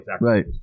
right